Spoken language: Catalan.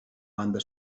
banda